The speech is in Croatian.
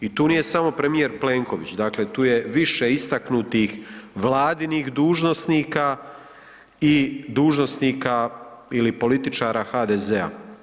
I tu nije samo premijer Plenković, dakle tu je više istaknutih vladinih dužnosnika i dužnosnika ili političara HDZ-a.